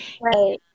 Right